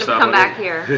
come back here